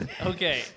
Okay